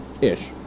Ish